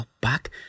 Back